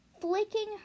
flicking